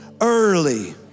early